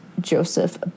Joseph